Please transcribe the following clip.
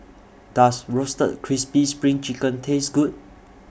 Does Roasted Crispy SPRING Chicken Taste Good